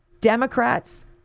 Democrats